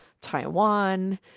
Taiwan